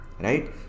right